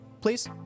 please